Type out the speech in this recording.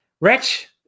Rich